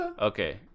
Okay